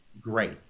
great